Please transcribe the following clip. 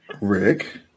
Rick